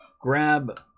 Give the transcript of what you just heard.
Grab